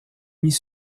mis